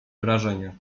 wrażenie